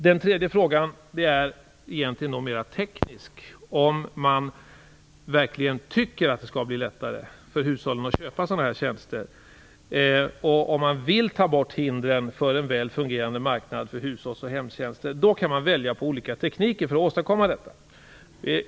Den tredje frågan är mer teknisk, nämligen om man verkligen tycker att det skall bli lättare för hushållen att köpa sådana tjänster och om man vill ta bort hindren för en väl fungerande marknad för hushållsoch hemtjänster, då kan man välja mellan olika tekniker för att åstadkomma detta.